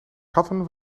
katten